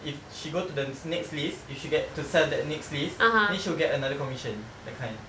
if she go to the next list if she get to sell that next list then she will get another commission that kind